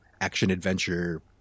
action-adventure